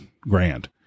grand